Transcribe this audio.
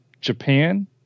Japan